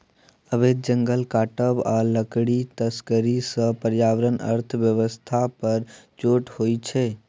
अबैध जंगल काटब आ लकड़ीक तस्करी सँ पर्यावरण अर्थ बेबस्था पर चोट होइ छै